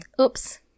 Oops